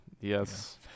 yes